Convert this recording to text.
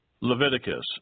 Leviticus